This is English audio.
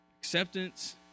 acceptance